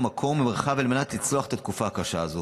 מקום ומרחב על מנת לצלוח את התקופה הקשה הזו.